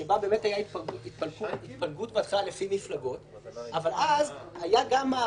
זה --- אבל זה משא ומתן